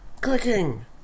Clicking